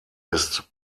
ist